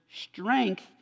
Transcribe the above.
strength